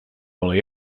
only